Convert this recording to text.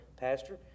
pastor